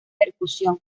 percusión